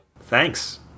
Thanks